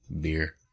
beer